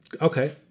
Okay